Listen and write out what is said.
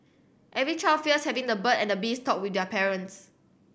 every child fears having the bird at the bees talk with their parents